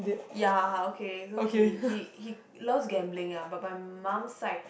ya okay so he he he loves gambling ah but my mum side